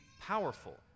powerful